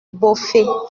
bouffay